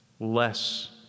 Less